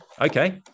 Okay